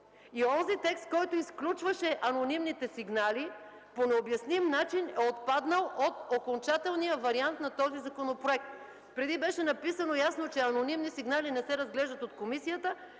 Онзи текст, който изключваше анонимните сигнали по необясним начин е отпаднал от окончателния вариант на този законопроект. Преди беше написано ясно, че анонимни сигнали не се разглеждат от комисията,